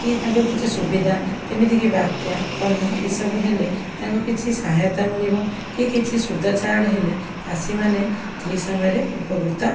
କି ତାଙ୍କର କିଛି ସୁବିଧା ଯେମିତିକି ବାତ୍ୟା ଫନି ଏସବୁ ହେଲେ ତାଙ୍କୁ କିଛି ସହାୟତା ମିଳିବ କି କିଛି ସୁଧ ଛାଡ଼ ହେଲେ ଚାଷୀମାନେ ଠିକ୍ ସମୟରେ ଉପକୃତ